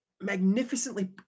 magnificently